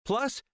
Plus